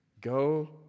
Go